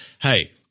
Hey